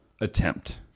attempt